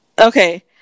Okay